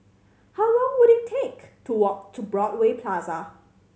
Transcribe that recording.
how long will it take to walk to Broadway Plaza